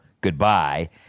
Goodbye